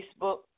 Facebook